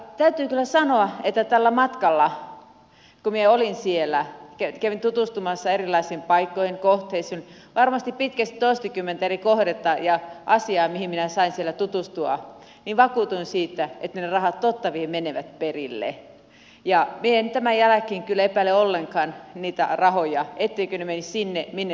täytyy kyllä sanoa että tällä matkalla kun minä olin siellä ja kävin tutustumassa erilaisiin paikkoihin kohteisiin oli varmasti pitkästi toistakymmentä eri kohdetta ja asiaa joihin minä sain siellä tutustua vakuutuin siitä että ne rahat totta vie menevät perille ja minä en tämän jälkeen kyllä epäile ollenkaan niitä rahoja etteivätkö ne menisi sinne minne ne on tarkoitettu